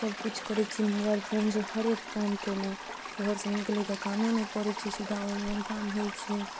सबकिछु करै छी मोबाइल फोनसँ हरेक काम केलहुॅं घरसँ निकलैके कामे नहि पड़ै छै सीधा ऑनलाइन काम होइ छै